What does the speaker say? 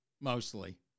mostly